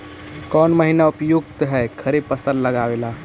कौन महीना उपयुकत है खरिफ लगावे ला?